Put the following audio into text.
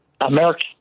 American